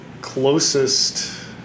closest